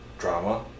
Drama